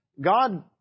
God